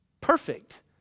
Perfect